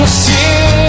see